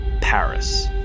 Paris